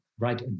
Right